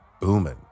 booming